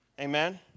Amen